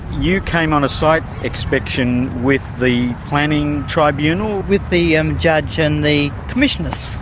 you came on a site inspection with the planning tribunal? with the and judge and the commissioners.